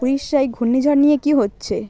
উড়িষ্যায় ঘূর্ণিঝড় নিয়ে কী হচ্ছে